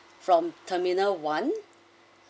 from terminal one